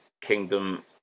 Kingdom